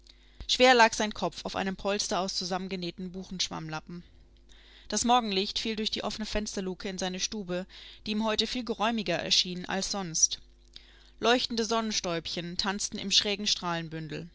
schwer lag sein kopf auf einem polster aus zusammengenähten buchenschwammlappen das morgenlicht fiel durch die offene fensterluke in seine stube die ihm heute viel geräumiger erschien als sonst leuchtende sonnenstäubchen tanzten im schrägen